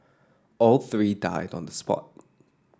all three died on the spot